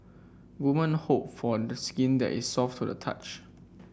women hope for skin that is soft to the touch